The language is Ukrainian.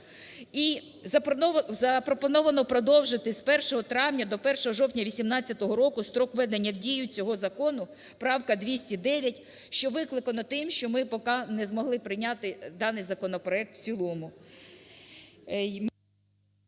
І запропоновано продовжити з 1 травня до 1 жовтня 2018 року строк введення в дію цього закону, правка 209, що викликано тим, що ми поки не змогли прийняти даний законопроект в цілому.